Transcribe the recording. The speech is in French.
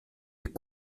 est